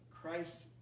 Christ